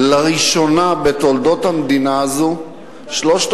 לראשונה בתולדות המדינה הזאת שלושת